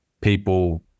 people